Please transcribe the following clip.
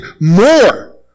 more